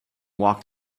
walked